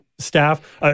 Staff